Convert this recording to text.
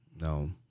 no